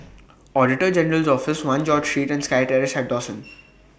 Auditor General's Office one George Street and Sky Terrace At Dawson